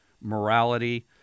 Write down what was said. morality